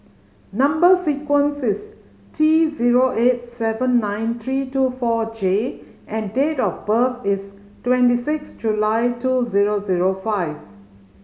number sequence is T zero eight seven nine three two four J and date of birth is twenty six July two zero zero five